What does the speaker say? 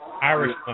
Irish